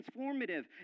transformative